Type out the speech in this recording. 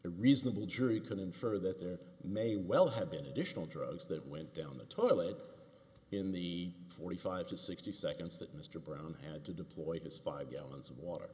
reasonable jury can infer that there may well have been additional drugs that went down the toilet in the forty five to sixty seconds that mr brown had to deploy his five gallons of water